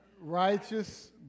righteous